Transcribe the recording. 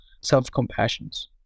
self-compassions